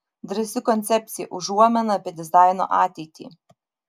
drąsi koncepcija užuomina apie dizaino ateitį